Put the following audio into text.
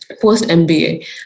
post-MBA